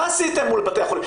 מה עשיתם מול בתי החולים.